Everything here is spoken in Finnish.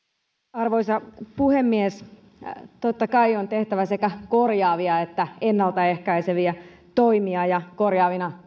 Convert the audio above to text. arvoisa puhemies totta kai on tehtävä sekä korjaavia että ennalta ehkäiseviä toimia ja korjaavina